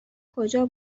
کجا